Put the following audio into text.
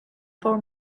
four